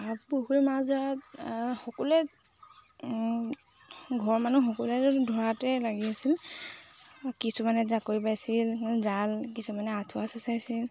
পুখুৰী মাছ ধৰাত সকলোৱে ঘৰৰ মানুহ সকলোৱে ধৰাতেই লাগি আছিল কিছুমানে জাকৈ বাইছিল জাল কিছুমানে আঁঠুৱা চুঁচাইছিল